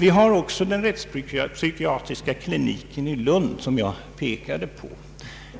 Jag har också pekat på förhållandet med den rättspsykiatriska kliniken i Lund.